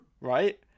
right